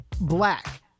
black